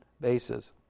bases